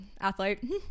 athlete